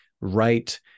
right